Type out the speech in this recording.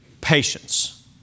Patience